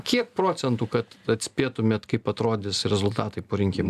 kiek procentų kad atspėtumėt kaip atrodys rezultatai po rinkimų